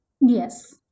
yes